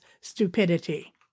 stupidity